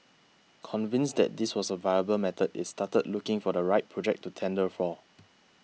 convinced that this was a viable method it started looking for the right project to tender for